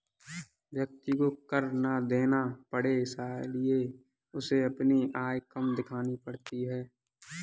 व्यक्ति को कर ना देना पड़े इसलिए उसे अपनी आय कम दिखानी पड़ती है